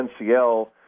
NCL